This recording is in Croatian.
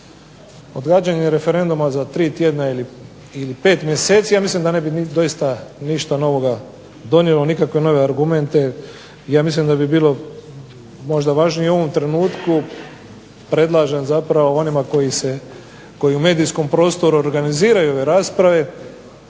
odgađanje referenduma za tri tjedna ili pet mjeseci mislim da ne bi doista ništa novoga donijelo, nikakve nove argumente ja mislim da bi bilo važnije možda u ovom trenutku predlažem onima koji u medijskom prostoru organiziraju ove rasprave